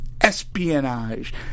espionage